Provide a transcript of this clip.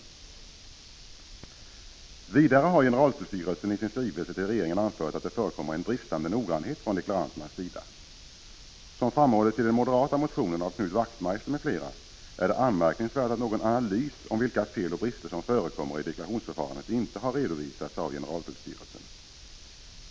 Vidare har generaltullstyrelsen i sin skrivelse till regeringen anfört att det förekommer en bristande noggrannhet från deklaranternas sida. Som framhållits i den moderata motionen av Knut Wachtmeister m.fl. är det anmärkningsvärt att någon analys om vilka fel och brister som förekommer i deklarationsförfarandet inte har redovisats av generaltullstyrelsen.